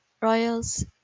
royals